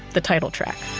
the title track